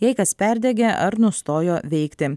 jei kas perdegė ar nustojo veikti